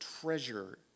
treasure